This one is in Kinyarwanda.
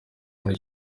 muri